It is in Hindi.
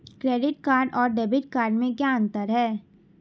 क्रेडिट कार्ड और डेबिट कार्ड में क्या अंतर है?